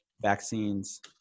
vaccines